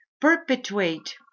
perpetuate